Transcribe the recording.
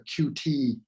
qt